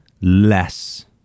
less